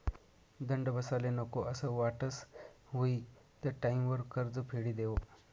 दंड बसाले नको असं वाटस हुयी त टाईमवर कर्ज फेडी देवो